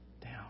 down